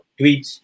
tweets